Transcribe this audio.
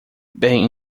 bem